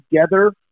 together